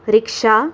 rickshaw